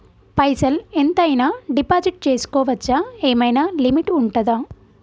పైసల్ ఎంత అయినా డిపాజిట్ చేస్కోవచ్చా? ఏమైనా లిమిట్ ఉంటదా?